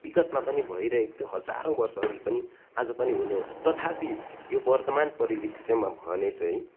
बिगतमा पनि भइरहेको थियो हजारौँ वर्ष अघि पनि आज पनि हुने हो तथापि यो वर्तमान परिदृश्यमा भने चाहिँ